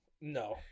No